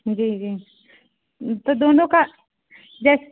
जी जी तो दोनों का जेस